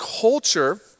culture